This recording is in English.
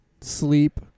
sleep